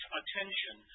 attention